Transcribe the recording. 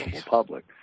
public